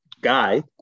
guy